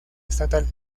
estatal